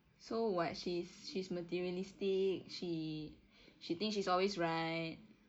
so what she's she's materialistic she she thinks she's always right